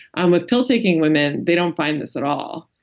um with pill taking women, they don't find this at all.